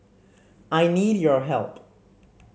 I need your help